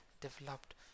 developed